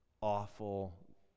awful